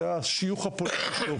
שזה השיוך הפוליטי שלו,